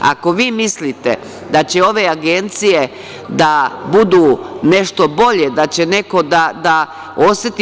Ako vi mislite da će ove agencije da budu nešto bolje, da će neko da oseti…